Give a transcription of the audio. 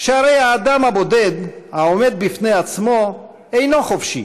שהרי האדם הבודד, העומד בפני עצמו, אינו חופשי,